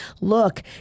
look